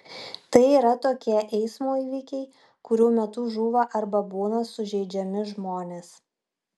tai yra tokie eismo įvykiai kurių metu žūva arba būna sužeidžiami žmonės